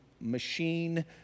machine